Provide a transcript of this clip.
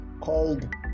called